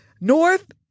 North